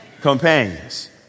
companions